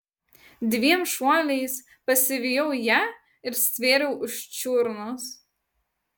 dviem šuoliais pasivijau ją ir stvėriau už čiurnos